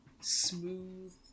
smooth